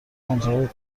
کنترل